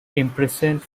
imprisoned